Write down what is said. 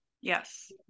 Yes